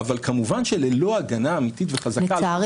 אבל כמובן שללא הגנה אמיתית וחזקה --- לצערי